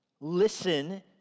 listen